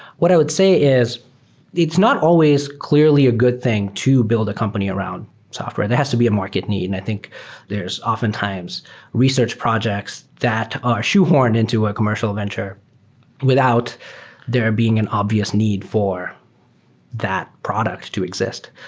what i would say is it's not always clearly a good thing to build a company around software. there has to be market need, and i think there's often times research projects that area ah shoehorned into a commercial venture without there being an obvious need for that product to exist.